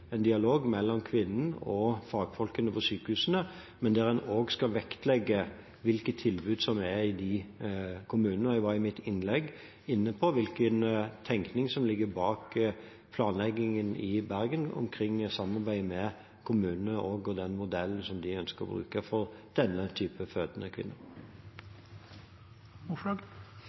i dialog mellom kvinnen og fagfolkene på sykehusene, men der en også skal vektlegge hvilket tilbud som er i kommunen. Jeg var i mitt innlegg inne på hvilken tenkning som ligger bak planleggingen i Bergen omkring samarbeidet med kommunene og den modellen som de ønsker å bruke for denne typen fødende kvinner.